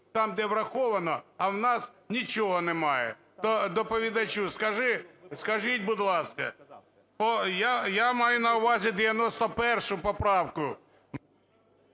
там де "враховано", а в нас нічого немає. Доповідачу. Скажіть, будь ласка, я маю на увазі 91 поправку.